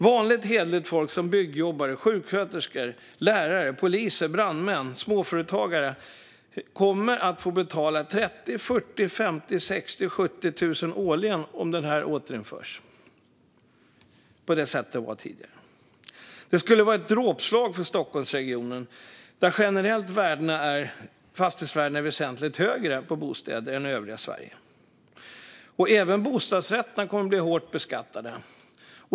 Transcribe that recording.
Vanligt hederligt folk som byggjobbare, sjuksköterskor, lärare, poliser, brandmän och småföretagare kommer att få betala 30 000, 40 000, 50 000, 60 000 eller 70 000 årligen om skatten återinförs på det sätt som gällde tidigare. Detta skulle vara ett dråpslag för Stockholmsregionen, där fastighetsvärdena generellt är väsentligt högre för bostäder än i övriga Sverige. Även bostadsrätterna kommer att bli hårt beskattade.